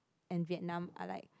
and Vietnam are like